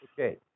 Okay